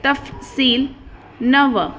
तफ़सील नव